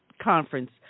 conference